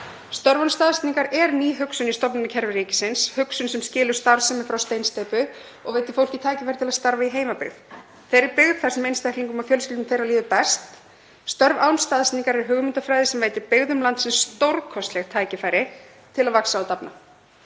Störf án staðsetningar eru ný hugsun í stofnanakerfi ríkisins, hugsun sem skilur starfsemi frá steinsteypu og veitir fólki tækifæri til að starfa í heimabyggð, þeirri byggð þar sem einstaklingum og fjölskyldum þeirra líður best. Störf án staðsetningar eru hugmyndafræði sem veitir byggðum landsins stórkostleg tækifæri til að vaxa og dafna.